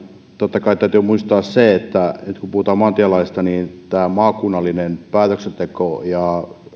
totta kai täytyy muistaa se että kun puhutaan maantielaista niin maakunnallinen päätöksenteko ja